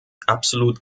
absolut